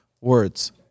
words